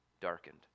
darkened